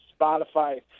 Spotify